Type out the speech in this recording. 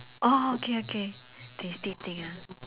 oh okay okay tasty thing ah